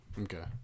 Okay